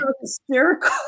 hysterical